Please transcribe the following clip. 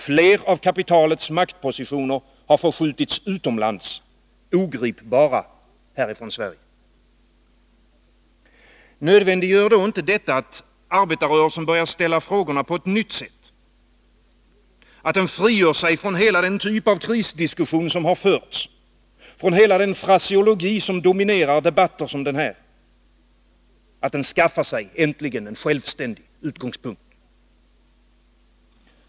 Fler av kapitalets maktpositioner har förskjutits utomlands, ogripbara från Sverige. Nödvändiggör inte detta att arbetarrörelsen börjar ställa frågorna på ett nytt sätt, att den frigör sig från hela den typ av krisdiskussion som har förts, från hela den fraseologi som dominerar i debatter som den här, att den äntligen skaffar sig en självständig utgångspunkt?